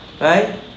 Right